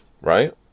Right